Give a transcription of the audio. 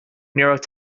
raibh